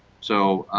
so,